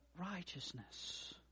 righteousness